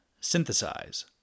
synthesize